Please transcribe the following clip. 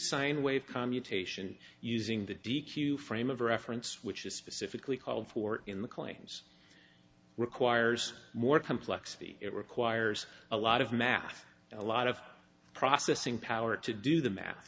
sine wave commutation using the d q frame of reference which is specifically called for in the claims requires more complexity it requires a lot of math and a lot of processing power to do the math